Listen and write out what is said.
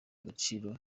agaciro